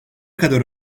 kadar